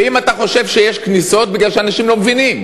ואם אתה חושב שיש כניסות, מפני שאנשים לא מבינים.